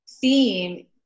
theme